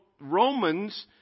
Romans